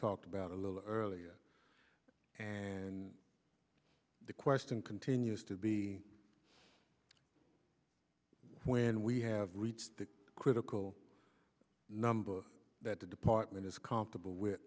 talked about a little earlier and the question continues to be when we have reached a critical number that the department is comparable with